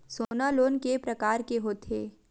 सोना लोन के प्रकार के होथे?